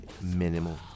minimal